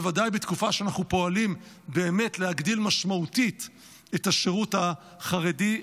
בוודאי בתקופה שבה אנחנו פועלים באמת להגדיל משמעותית את השירות החרדי,